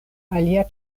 alia